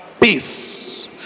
peace